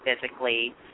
physically